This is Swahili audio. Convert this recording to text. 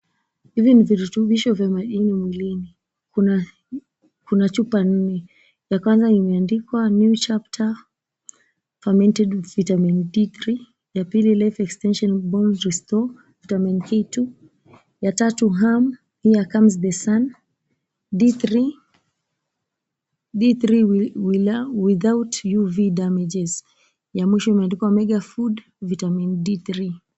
Hivi ni viruthubisho vya madini mwilini kuna chupa nne. Ya kwanza imeandikwa, New Chapter Fermented with Vitamin D3, ya pili Life Extension Bones Restore Vitamin K2, ya tatu, Hum Here Comes The Sun D3 without UV Damages, ya mwisho imeandikwa, Mega Food Vitamin D3.